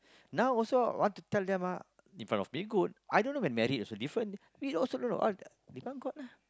now also want to tell them ah in front of me good I don't know when married also different we also don't know all become god lah